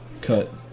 cut